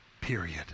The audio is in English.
period